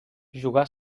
jugà